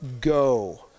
go